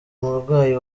umurwayi